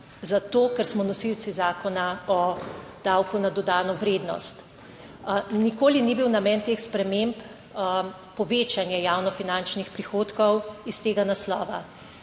zato, ker smo nosilci Zakona o davku na dodano vrednost. Nikoli ni bil namen teh sprememb povečanje javnofinančnih prihodkov iz tega naslova.